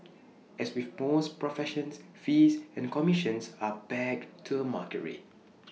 as with most professions fees and commissions are pegged to A market rate